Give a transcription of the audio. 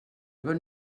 bon